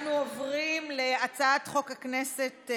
אנחנו עוברים, די לסתום פיות כל הזמן.